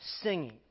singing